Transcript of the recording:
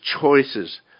choices